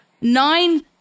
nine